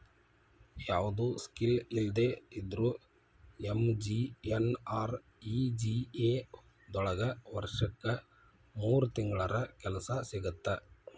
ಯಾವ್ದು ಸ್ಕಿಲ್ ಇಲ್ದೆ ಇದ್ರೂ ಎಂ.ಜಿ.ಎನ್.ಆರ್.ಇ.ಜಿ.ಎ ದೊಳಗ ವರ್ಷಕ್ ಮೂರ್ ತಿಂಗಳರ ಕೆಲ್ಸ ಸಿಗತ್ತ